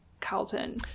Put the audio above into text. Carlton